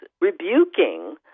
rebuking